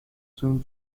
soon